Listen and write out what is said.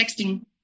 texting